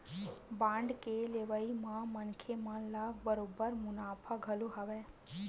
bond के लेवई म मनखे मन ल बरोबर मुनाफा घलो हवय